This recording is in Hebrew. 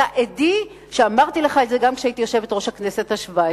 אתה עדי שאמרתי לך את זה גם כשהייתי יושבת-ראש הכנסת השבע-עשרה.